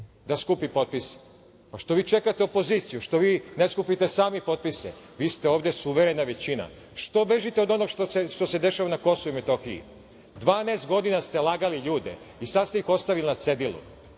da skupi potpise. Pa, što vi čekate opoziciju? Što vi ne skupite sami potpise? Vi ste ovde suverena većina. Što bežite od onoga što se dešava na Kosovu i Metohiji. Dvanaest godina ste lagali ljude i sad ste ih ostavili na cedilu.